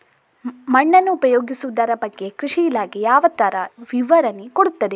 ಮಣ್ಣನ್ನು ಉಪಯೋಗಿಸುದರ ಬಗ್ಗೆ ಕೃಷಿ ಇಲಾಖೆ ಯಾವ ತರ ವಿವರಣೆ ಕೊಡುತ್ತದೆ?